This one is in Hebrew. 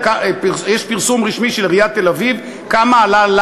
יש פרסום רשמי של עיריית תל-אביב כמה עלה לה